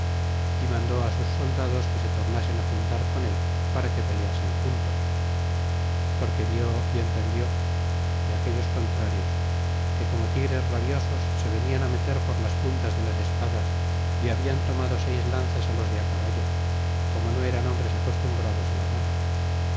y mandó sus soldados que se tornasen juntar con él para que peleasen juntos porque vi y entendió de aquellos contrarios que como tigres rabiosos se venian á meter por las puntas de las espadas y habian tomado seis lanzas los de caballo como no eran hombres acostumbrados á la guerra